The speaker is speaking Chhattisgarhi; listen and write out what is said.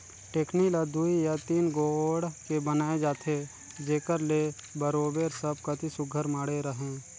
टेकनी ल दुई या तीन गोड़ के बनाए जाथे जेकर ले बरोबेर सब कती सुग्घर माढ़े रहें